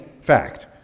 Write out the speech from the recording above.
fact